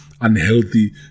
unhealthy